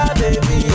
baby